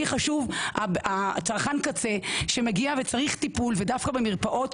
לי חשוב צרכן קצה שמגיע וצריך טיפול ודווקא במרפאות